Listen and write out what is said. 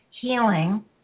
healing